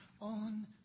on